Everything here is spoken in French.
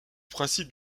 principe